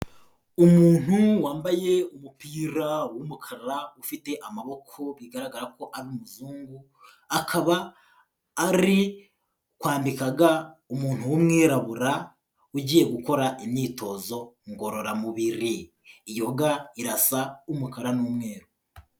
Umuntu wambaye umupira w'umukara ufite amaboko bigaragara ko ari umuzungu, akaba ari kambika ga umuntu w'umwirabura ugiye gukora imyitozo ngororamubiri, iyo ga irasa umukara n'umweru.